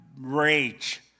rage